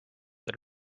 that